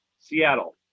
Seattle